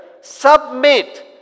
submit